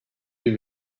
bir